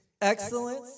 excellence